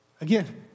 again